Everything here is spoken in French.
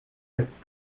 cette